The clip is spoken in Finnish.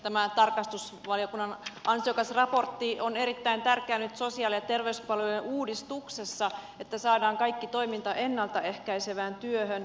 tämä tarkastusvaliokunnan ansiokas raportti on erittäin tärkeä nyt sosiaali ja terveyspalvelujen uudistuksessa että saadaan kaikki toiminta ennalta ehkäisevään työhön